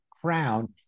crown